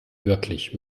wirklich